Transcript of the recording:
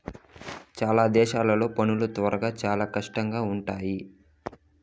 చాలా దేశాల్లో పనులు త్వరలో చాలా కష్టంగా ఉంటాయి